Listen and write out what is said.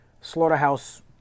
slaughterhouse